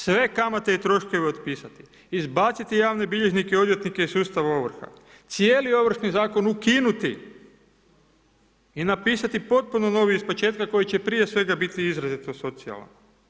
Sve kamate i troškove otpisati, izbaciti javne bilježnike i odvjetnike iz sustava ovrha, cijeli ovršni zakon ukinuti i napisati potpuno novi ispočetka koji će prije svega biti izrazito socijalan.